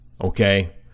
okay